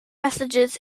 messages